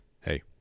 Hey